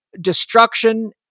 destruction